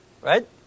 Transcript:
right